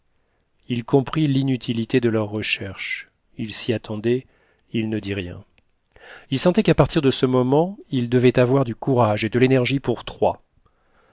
il comprit l'inutilité de leurs recherches il s'y attendait il ne dit rien il sentait qu'à partir de ce moment il devrait avoir du courage et de l'énergie pour trois